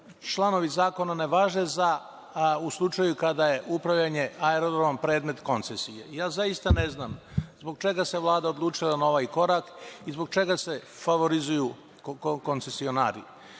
članovi zakona ne važe u slučajevima kada je upravljanje aerodromom predmet koncesije. Zaista ne znam zbog čega se Vlada odlučila na ovaj korak i zbog čega se favorizuju koncesionari.